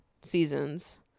seasons